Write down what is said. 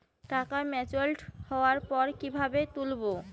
টাকা ম্যাচিওর্ড হওয়ার পর কিভাবে তুলব?